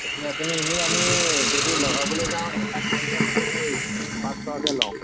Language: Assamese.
এতিয়া আপুনি এনেই আমি যদি লগাবলৈ যাওঁ এটা পইণ্টত আমি পাঁচ টকাকৈ লওঁ